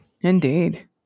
Indeed